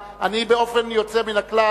באופן יוצא מן הכלל